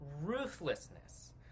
ruthlessness